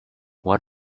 what